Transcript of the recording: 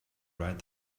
write